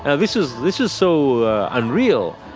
yeah this is this is so unreal,